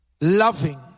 Loving